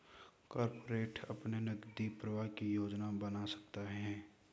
corporate अपने नकदी प्रवाह की योजना बना सकते हैं